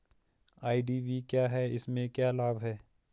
IDV क्या है इसमें क्या लाभ है?